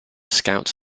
scouts